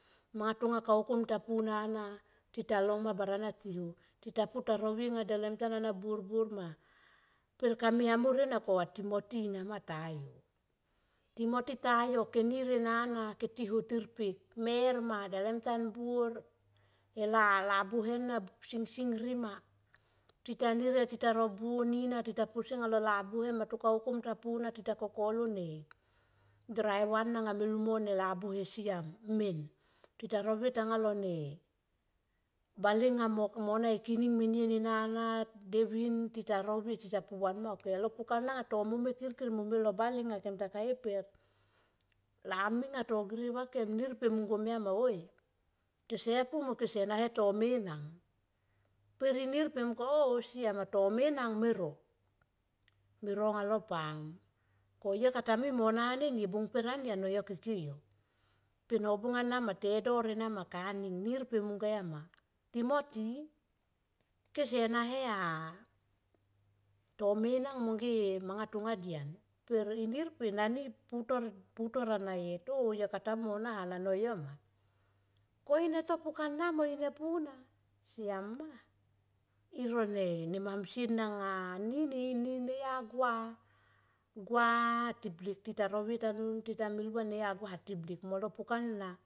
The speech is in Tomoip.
Manga tonga kaukum ta po nana ti ta long ma barana ti ho. Tita pu ta rovie delem tan ana buor buor ma per kami amor ena ko atimo ti nama nga tayo. Timot, tayo ke nir ena na ke ti ho ketir pek mer ma delem ntan buor, e labuhe na sing ri ma. Tita nir ena tita no buo ni na tita posie ngalo labuhe. Mo to kaukum tita pu na tita kokolo ne driva na me lungom labuhe siam men tita rovie tanga lone bale nga mo na e kining menien ena na devin tita rovie ti ta puvan ma. Ok alo pukana nga tome kirkir mome lo bale nga kem ta ka e per lami nga to girie va kem nir pe mung komia ma oi kese pu mo kese pu mo kese na ne tomenang perinir pe mungko oh siam a tomenang me ro, me ro anga lo pam. Ko yo kata mui mo nahan eni e bung per ani ano yo keke yo pe nobung ana ma tedor ena ma kaning nir pe mung komia ma timoti kese nahea tomenang mong ge e manga tonga dian pe inir ani putor ana yet oh yo kata mui mo nahan ano yo ma ko ine to pukana mo ine puna siam ma iro ne mansie na nga anini ne ya gua, gua tiblik tita rovie tanun tita mil van neya gua ti blik molo pukan.